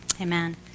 Amen